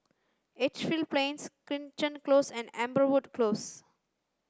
Edgefield Plains Crichton Close and Amberwood Close